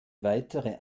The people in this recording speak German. weitere